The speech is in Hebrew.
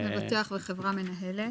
מבטח בחברה מנהלת.